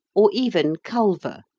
or even culver.